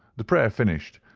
the prayer finished,